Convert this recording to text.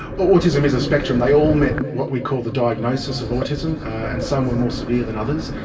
autism is a spectrum, they all met what we call the diagnosis of autism, and some were more severe than others.